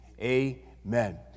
amen